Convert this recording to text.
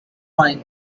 wine